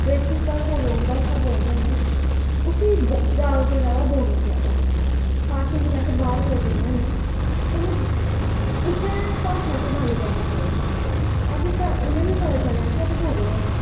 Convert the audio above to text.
पैतृिक भाशा बोलने होने उसी जादै तों जादै बोलना चाहिदा खासकर अस कुदै बाहर जन्ने होने सानूं उस्सै भाशा च गल्ल करनी चाहिदी ताकी उनेंगी बी पता चलै की अस डोगरे होने आं